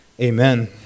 Amen